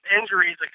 injuries